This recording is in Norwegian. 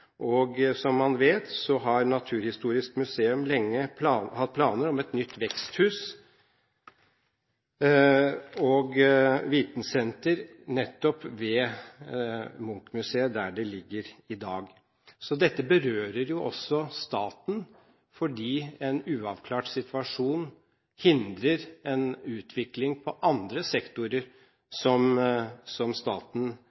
Munch-museet.» Som man vet, har Naturhistorisk museum lenge hatt planer om et nytt veksthus og vitensenter nettopp ved Munch-museet der det ligger i dag. Så dette berører også staten fordi en uavklart situasjon hindrer en utvikling på andre